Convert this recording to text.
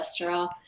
cholesterol